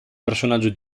personaggio